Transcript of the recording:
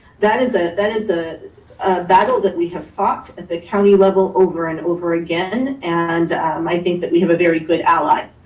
that is ah that is a battle that we have fought at the county level over and over again. and um i think that we have a very good ally